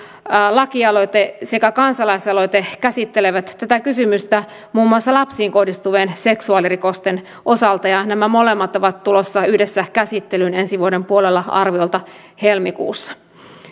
lakialoite sekä kansalaisaloite käsittelevät tätä kysymystä muun muassa lapsiin kohdistuvien seksuaalirikosten osalta ja nämä molemmat ovat tulossa yhdessä käsittelyyn ensi vuoden puolella arviolta helmikuussa